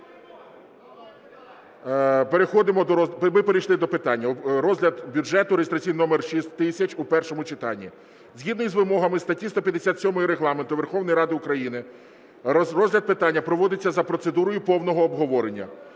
Ми перейшли до питання - розгляд бюджету (реєстраційний номер 6000) у першому читання. Згідно з вимогами статті 157 Регламенту Верховної Ради України розгляд питання проводиться за процедурою повного обговорення.